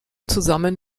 zusammen